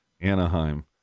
Anaheim